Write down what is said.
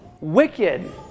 wicked